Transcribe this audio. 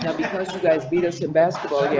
you guys meet us in basketball? yeah